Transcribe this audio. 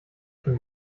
schon